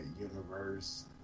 universe